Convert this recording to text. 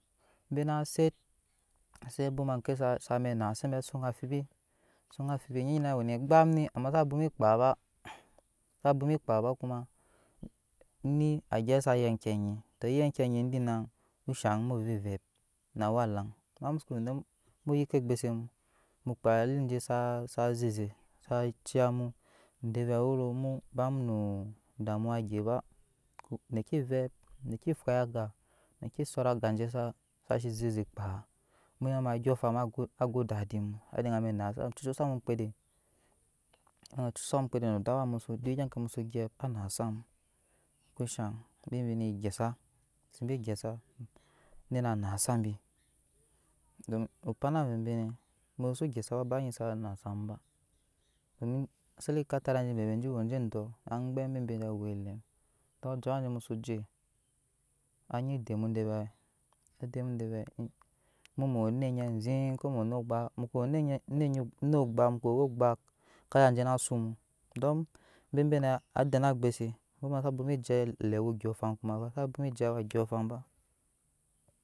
Be na set eze bwoma ke sabe naa sebe zun amfibi suŋ amfibi anyinɛ we ne egbamni amma saa bwoma saa kpaa ba saa bwoma ekaa ba kuma eni bwoma saa yen eki any to yen eke any dina ushaŋ mu vep eve na awa laŋ ama mu soko e dɔɔ mu yik ke egbuse mu mu kpaa ali je saa zaa zeze zaa ciya mu de vɛɛ wero ba mu no damuwa egya ba neki evep neki fwai aga neki sora aga je saa saa se zeze kpaa mu yama ondyɔɔŋ fan waa go dadi mu adiga na naa sam cucu sam omnrede cucu sam omɔkpede duk awa musu duk egya ke musu gyɛp awaa naa sam kushaŋ ebi bine gyɛsa bise bigyɛsa denaanna za bi don opana avovoi nɛ muko se gyɛsa babaa nyi saa naa sam ba domi ase ekatara je vovia nɛ je we je adɔɔ agbɛɛ bebe nɛ we elem don duk awaaje musuje anyi demu sde ve̱e de mu de vɛɛ mu mu wen onet onyɛ aziŋ ko mu we onet ogbak mu ko woo onet ko woo owo gbak. ka yamu na su bebenɛ abɔɔbɔnɔ ka bwoma jele awaa ondyɔɔŋ afan kuman ba zaa bomje awa ondyyɔɔŋ afanba.